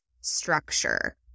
structure